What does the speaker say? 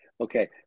Okay